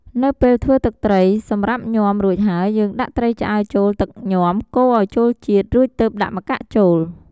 នៅពេលធ្វើទឹកត្រីសម្រាប់ញាំរួចហើយយើងដាក់ត្រីឆ្អើរចូលទឹកញាំកូរឱ្យចូលជាតិ រួចទើបដាក់ម្កាក់ចូល។